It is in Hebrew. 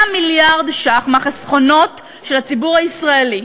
100 מיליארד ש"ח מהחסכונות של הציבור הישראלי